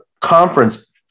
conference